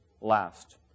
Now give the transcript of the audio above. last